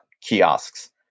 kiosks